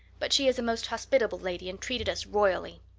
but she is a most hospitable lady and treated us royally.